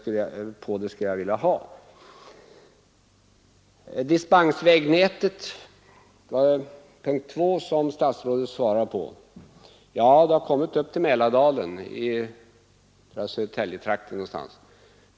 Dispensvägnätet — det var den andra punkt där statsrådet lämnade ett svar — har kommit upp till Mälardalen, någonstans i Södertäljetrakten.